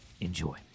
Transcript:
Enjoy